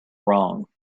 wrong